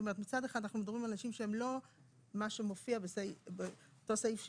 מצד אחד אנחנו מדברים על אנשים שהם לא מה שמופיע באותו סעיף 66,